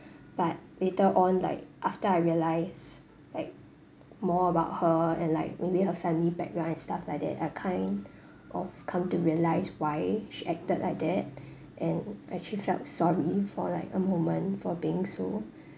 but later on like after I realised like more about her and like maybe her family background and stuff like that I kind of come to realise why she acted like that and actually felt sorry for like a moment for being so